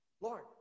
Lord